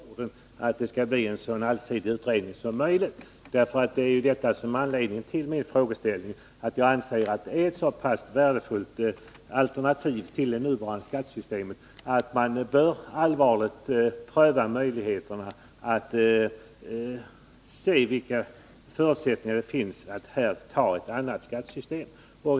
Fru talman! Jag tackar budgetministern inte minst för de sista orden, att det skall bli en så allsidig utredning som möjligt. Anledningen till frågeställningen är ju att jag anser att det rör sig om ett så pass värdefullt alternativ till det nuvarande skattesystemet att man allvarligt bör pröva möjligheterna att här införa ett annat skattesystem.